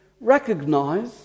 recognize